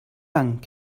lang